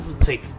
take